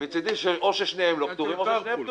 מצדי, או ששניהם לא פטורים או ששניהם פטורים.